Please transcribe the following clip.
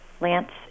lance